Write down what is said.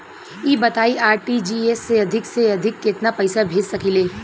ई बताईं आर.टी.जी.एस से अधिक से अधिक केतना पइसा भेज सकिले?